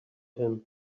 him